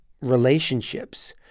relationships